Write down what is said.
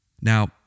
Now